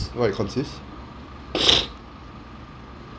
what it consists